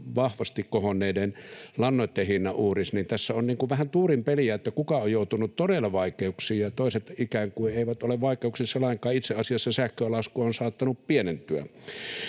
vahvasti kohonneen lannoitteiden hinnan uhriksi — niin tässä on vähän tuuripeliä, kuka on joutunut todella vaikeuksiin, ja toiset ikään kuin eivät ole vaikeuksissa lainkaan, itse asiassa sähkölasku on saattanut pienentyä.